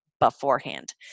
beforehand